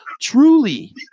truly